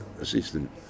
assistant